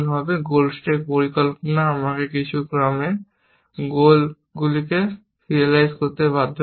গোল stack পরিকল্পনা আমাকে কিছু ক্রমে সাব গোলগুলিকে সিরিয়ালাইজ করতে বাধ্য করছে